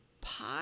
pie